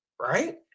right